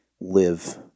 live